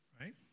right